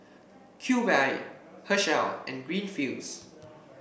Cube I Herschel and Greenfields